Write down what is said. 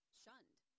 shunned